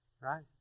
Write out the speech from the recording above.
right